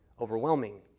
overwhelming